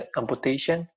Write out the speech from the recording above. amputation